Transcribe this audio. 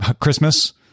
Christmas